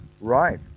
right